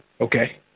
Okay